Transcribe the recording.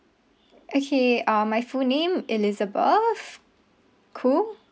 okay uh my full name elizabeth khoo